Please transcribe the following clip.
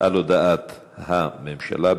על הודעת הממשלה.